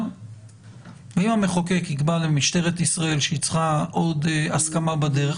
ואם המחוקק יקבע למשטרת ישראל שהיא צריכה עוד הסכמה בדרך,